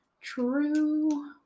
true